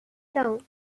town